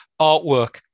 artwork